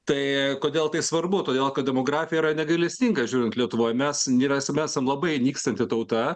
tai kodėl tai svarbu todėl kad demografija yra negailestinga žiūrint lietuvoj mes nerasim esam labai nykstanti tauta